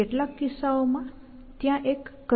કેટલાક કિસ્સાઓમાં ત્યાં એક ક્રમ હોય છે